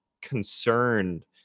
concerned